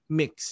mix